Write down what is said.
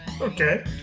Okay